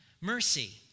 mercy